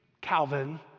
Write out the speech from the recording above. Calvin